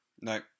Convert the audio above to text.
No